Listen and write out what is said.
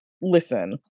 listen